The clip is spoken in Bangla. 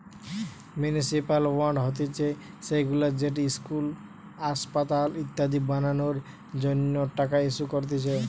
মিউনিসিপাল বন্ড হতিছে সেইগুলা যেটি ইস্কুল, আসপাতাল ইত্যাদি বানানোর জন্য টাকা ইস্যু করতিছে